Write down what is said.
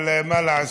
אבל מה לעשות,